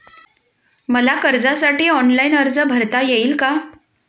मला कर्जासाठी ऑनलाइन अर्ज भरता येईल का?